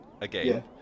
again